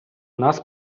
нас